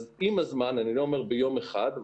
עם הזמן אני לא אומר ביום אחד,